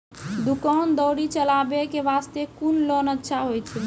दुकान दौरी चलाबे के बास्ते कुन लोन अच्छा होय छै?